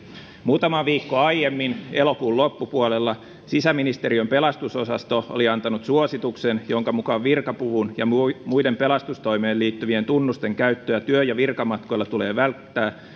muutamaa viikkoa aiemmin elokuun loppupuolella sisäministeriön pelastusosasto oli antanut suosituksen jonka mukaan virkapuvun ja muiden pelastustoimeen liittyvien tunnusten käyttöä työ ja virkamatkoilla tulee välttää